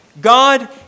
God